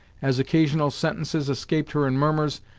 as occasional sentences escaped her in murmurs,